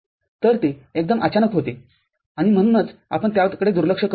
तर ते एकदम अचानक होते आणि म्हणूनच आपण त्याकडे दुर्लक्ष करू शकतो